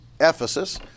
Ephesus